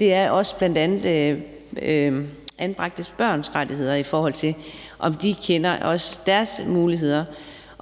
i ministeriet, er anbragte børns rettigheder, i forhold til om de kender deres muligheder.